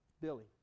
Billy